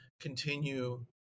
continue